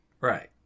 Right